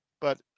but-